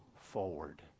forward